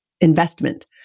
investment